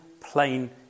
plain